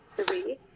three